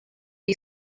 you